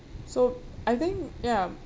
so I think ya